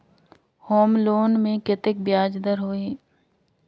Home loan मे कतेक ब्याज दर होही?